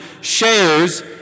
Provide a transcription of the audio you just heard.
shares